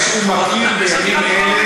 לא, כשאני אתחתן תהיה טבעת,